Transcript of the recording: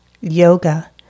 yoga